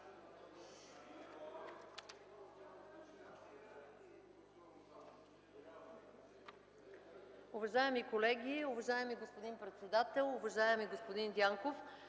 Уважаеми колеги, уважаеми господин председател, уважаеми господин